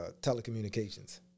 telecommunications